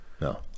No